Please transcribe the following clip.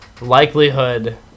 likelihood